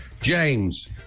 James